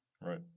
Right